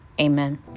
amen